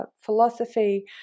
philosophy